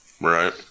Right